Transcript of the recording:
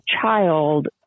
child